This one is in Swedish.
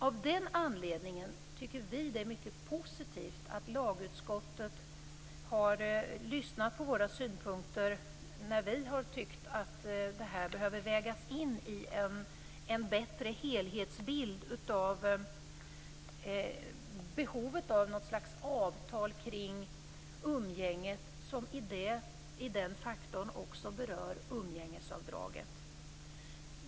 Av den anledningen tycker vi att det är mycket positivt att lagutskottet har lyssnat på våra synpunkter om att det här behöver vägas in i en bättre helhetsbild av behovet av något slags avtal kring umgänget, som i den faktorn också berör umgängesavdraget.